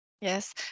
Yes